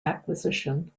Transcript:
acquisition